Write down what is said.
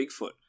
Bigfoot